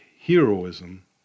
heroism